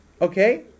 okay